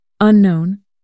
unknown